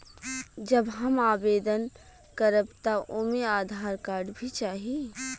जब हम आवेदन करब त ओमे आधार कार्ड भी चाही?